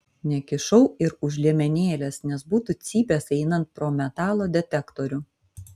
nekišau ir už liemenėlės nes būtų cypęs einant pro metalo detektorių